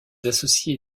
associés